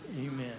Amen